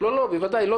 אבל ביישוב הזה,